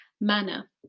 manner